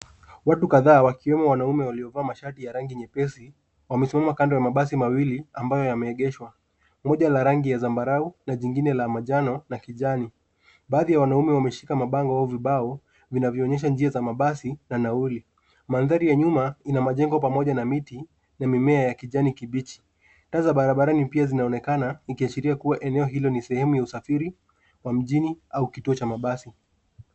Watu kadhaa wakiwemo wanaume waliovaa mashati ya rangi nyepesi, wamesimama kando ya mabasi mawili ambayo yameegeshwa. Moja la rangi ya zambarau na zingine la manjano na kijani. Baadhi ya wanaume wameshika mabango au vibao vinavyoonyesha njia za mabasi na nauli. Mandhari ya nyuma ina majengo pamoja na miti na mimea ya kijani kibichi. Taa za barabarani pia zinaonekana ikiashiria kuwa eneo hilo ni sehemu ya usafiri wa mjini au kituo cha mabasi.